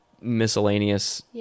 miscellaneous